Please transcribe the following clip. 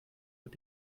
mit